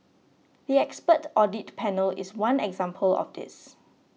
the expert audit panel is one example of this